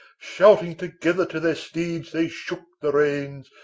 shouting together to their steeds, they shook reins,